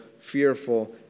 fearful